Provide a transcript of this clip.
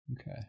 Okay